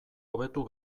hobetu